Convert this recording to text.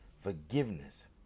Forgiveness